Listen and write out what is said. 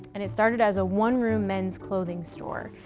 and it started as a one room men's clothing store.